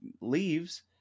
leaves